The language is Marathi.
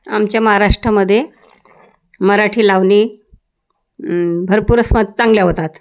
आमच्या महाराष्ट्रामध्ये मराठी लावणी भरपूर स्मत चांगल्या होतात